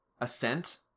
Ascent